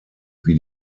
wie